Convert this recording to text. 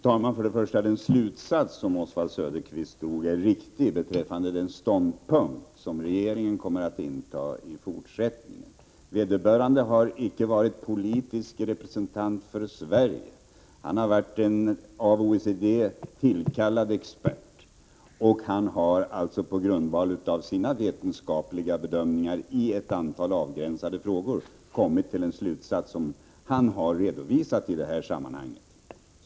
Fru talman! Oswald Söderqvists slutsats om den ståndpunkt som regeringen kommer att inta i fortsättningen är riktig. Vederbörande har icke varit politisk representant för Sverige. Han har varit en av OECD tillkallad expert, och han har på grundval av sina vetenskapliga bedömningar i ett antal avgränsade frågor kommit till en slutsats som han har redovisat i detta sammanhang.